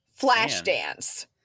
Flashdance